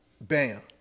Bam